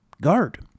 guard